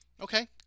Okay